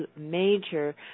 major